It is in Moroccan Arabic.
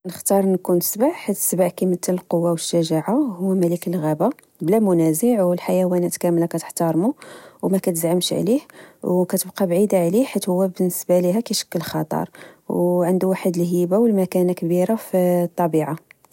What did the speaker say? نختار نكون سبع حيت السبع كيمثل القوة و الشجاعة، هو ملك الغابة بلا منازع، و الحيوانات كاملة كتحتارمو و مكتزعمش عليه، و كتبقى بعيدة عليه حيث هو بالنسبة ليها كيشكل خطر و عندو واحد الهيبة و المكانة كبيرة في الطبيعة.